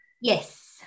Yes